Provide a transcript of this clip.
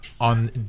on